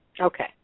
Okay